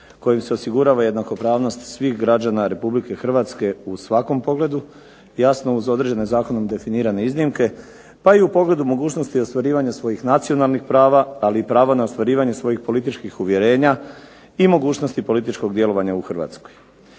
kojim se osigurava jednakopravnost svih građana RH u svakom pogledu. jasno uz određene zakonom definirane iznimke pa i u pogledu mogućnosti ostvarivanja svojih nacionalnih prava, ali i prava na ostvarivanje svojih političkih uvjerenja i mogućnosti političkog djelovanja u Hrvatskoj.